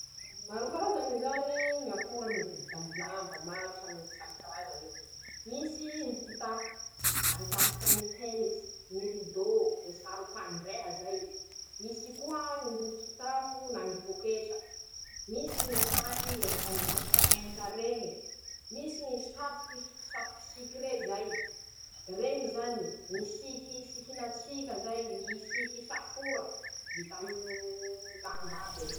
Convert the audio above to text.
<...>Maro karazany zany ñy akora mitovy tamilamba maro sam samy karazan'io: -Misy ñy kitapo, ahita tsika ñy temitsy, ñy ridô, ñy sarom-pandrea zay, misy koa ñy kihitapo na ñy poketra, misy ñy saky fandesatsika enta reñe, misy ñy satroky fi satroky siky rey zay, reñy zany,. ñy siky isikina tsika zay, ñy siky isafora vita amoo lamba abe.